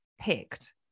picked